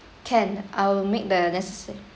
can I will make the necessary